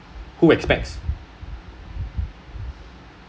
who expects